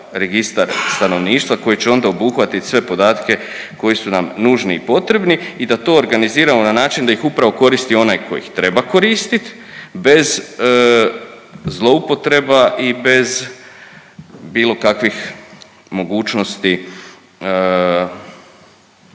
registar stanovništva koji će onda obuhvatit sve podatke koji su nam nužni i potrebni i da to organiziramo na način da ih upravo koristi onaj tko ih treba koristiti bez zloupotreba i bez bilo kakvih mogućnosti